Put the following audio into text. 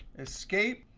escape.